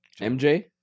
MJ